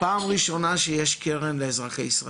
פעם ראשונה שיש קרן לאזרחי ישראל,